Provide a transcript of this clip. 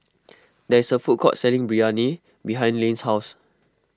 there is a food court selling Biryani behind Lane's house